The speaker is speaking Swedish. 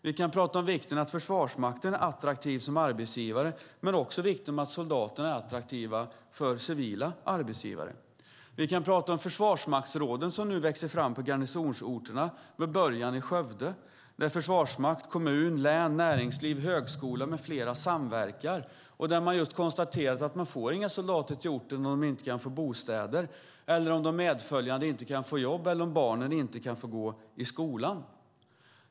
Vi kan tala om vikten av att Försvarsmakten är attraktiv som arbetsgivare men också om vikten av att soldaterna är attraktiva för civila arbetsgivare. Vi kan tala om de försvarsmaktsråd som nu växer fram på garnisonsorterna med början i Skövde och där försvarsmakt, kommun, län, näringsliv, högskola med flera samverkar. Man har konstaterat att man inte får några soldater till orten om dessa inte kan få bostäder eller om medföljande inte kan få jobb och barnen inte kan få gå i skolan.